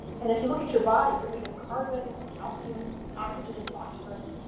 and if you look at your body, you're made of carbon, calcium, and oxygen, and phosphorous,